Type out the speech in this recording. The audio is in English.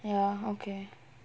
ya okay